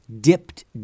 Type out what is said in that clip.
dipped